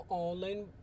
online